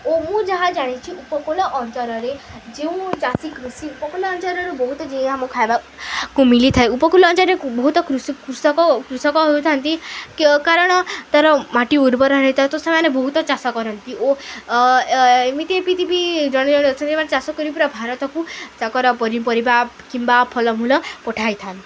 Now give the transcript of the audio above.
ଓ ମୁଁ ଯାହା ଜାଣିଛି ଉପକୂଳ ଅଞ୍ଚଳରେ ଯେଉଁ ଚାଷୀ କୃଷି ଉପକୂଳ ଅଞ୍ଚଳରୁ ବହୁତ ଯିଏ ଆମ ଖାଇବାକୁ ମିଲିଥାଏ ଉପକୂଳ ଅଞ୍ଚଳରେ ବହୁତ କୃଷକ କୃଷକ ହୋଇଥାନ୍ତି କାରଣ ତା'ର ମାଟି ଉର୍ବର ହେଇଥାଏ ତ ସେମାନେ ବହୁତ ଚାଷ କରନ୍ତି ଓ ଏମିତି ଏମିତି ବି ଜଣେ ଜଣେ ଅଛନ୍ତି ସେମାନେ ଚାଷ କରି ପୁରା ଭାରତକୁ ତାଙ୍କର ପନିପରିବା କିମ୍ବା ଫଳମୂଳ ପଠାଇଥାନ୍ତି